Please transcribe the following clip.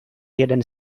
jeden